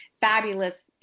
fabulous